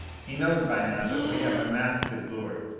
he knows by now that we have unmasked his lure.